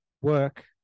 work